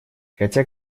хотя